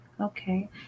Okay